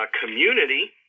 community